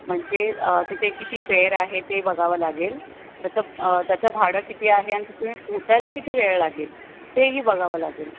म्हणजे तिथे किती फेअर आहे ते बघावं लागेल त्याचं त्याचं भाडं किती आहे आणि तिथे पोचायला किती वेळ लागेल तेही बघावं लागेल